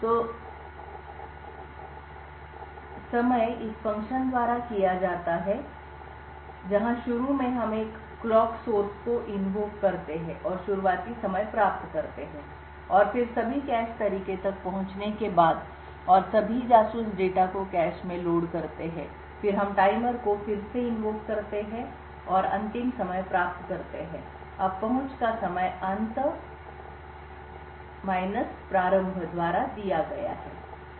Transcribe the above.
तो समय इस फ़ंक्शन द्वारा किया जाता है जहां शुरू में हम एक घड़ी स्रोत क्लॉक सोर्स clock source को इन्वोक आह्वान करते हैं और शुरुआती समय प्राप्त करते हैं और फिर सभी कैश तरीके तक पहुंचने के बाद और सभी जासूस डेटा को कैश में लोड करते हैं फिर हम टाइमर को फिर से आमंत्रित इन्वोक invoke करते हैं और अंतिम समय प्राप्त करते हैं अब पहुंच का समय अंत प्रारंभ द्वारा दिया गया है